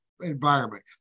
environment